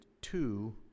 two